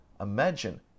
imagine